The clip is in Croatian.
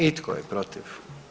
I tko je protiv?